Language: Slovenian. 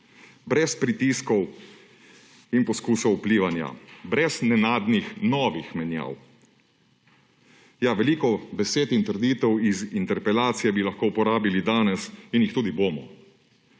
brez pritiskov in poskusov vplivanja, brez nenadnih novih menjav. Ja, veliko besed in trditev iz interpelacije bi lahko uporabili danes in jih tudi bomo.